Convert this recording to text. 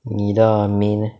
你的 main eh